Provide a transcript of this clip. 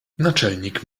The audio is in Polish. naczelnik